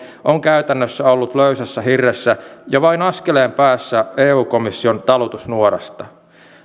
on käytännössä ollut löysässä hirressä ja vain askeleen päässä eu komission talutusnuorasta